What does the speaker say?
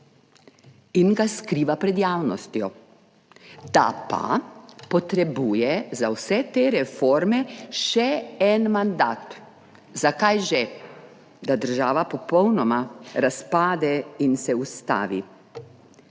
in ga skriva pred javnostjo, da pa potrebuje za vse te reforme še en mandat. Za kaj že? Da država popolnoma razpade in se ustavi.